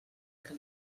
que